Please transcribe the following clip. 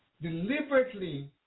deliberately